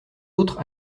autres